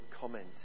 comment